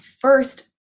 first